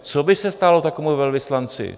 Co by se stalo takovému velvyslanci?